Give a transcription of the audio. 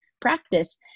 practice